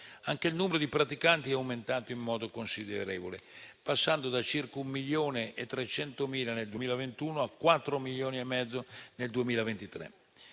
Anche il numero di praticanti è aumentato in modo considerevole, passando da circa 1,3 milioni nel 2021 a 4,5 milioni nel 2023,